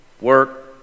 Work